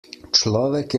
človek